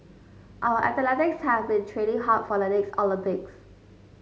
our have been training hard for the next Olympics